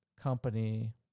company